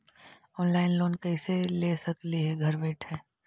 Online loan कैसे ले सकली हे घर बैठे?